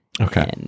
Okay